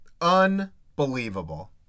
Unbelievable